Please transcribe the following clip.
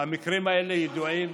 המקרים האלה ידועים.